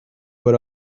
what